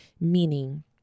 meaning